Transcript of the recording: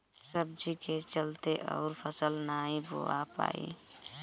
सब्जी के चलते अउर फसल नाइ बोवा पाई